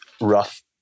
rough